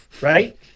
right